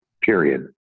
period